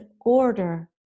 order